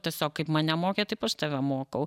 tiesiog kaip mane mokė taip aš tave mokau